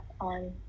on